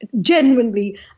genuinely